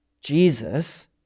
Jesus